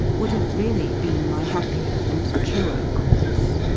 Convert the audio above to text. would have really been my happier and truer course.